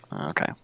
okay